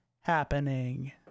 happening